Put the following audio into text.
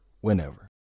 whenever